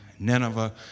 Nineveh